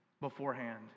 beforehand